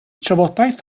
trafodaeth